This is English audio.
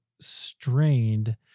strained